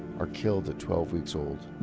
are killed at twelve weeks old.